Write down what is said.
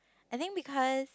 I think because